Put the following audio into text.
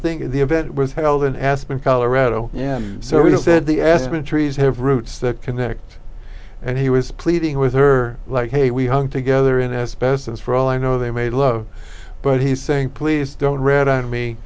of the event was held in aspen colorado yeah so he said the aspen trees have roots that connect and he was pleading with her like hey we hung together in asbestos for all i know they made love but he's saying please don't read on me